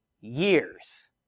years